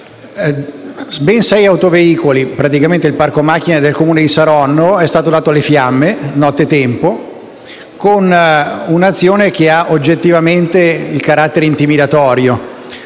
Ben sei autoveicoli (praticamente il parco macchine del Comune di Saronno) sono stati dati alle fiamme nottetempo con un'azione che ha certamente carattere intimidatorio.